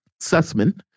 Sussman